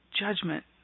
judgment